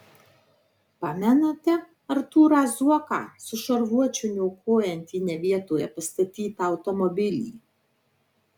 pamenate artūrą zuoką su šarvuočiu niokojantį ne vietoje pastatytą automobilį